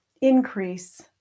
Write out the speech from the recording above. increase